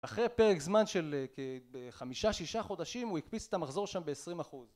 אחרי פרק זמן של חמישה שישה חודשים הוא הקפיץ את המחזור שם בעשרים אחוז